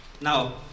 now